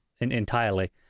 entirely